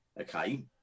Okay